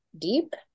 deep